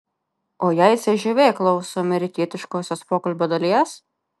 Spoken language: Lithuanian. o jei cžv klauso amerikietiškosios pokalbio dalies